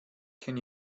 can